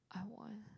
I want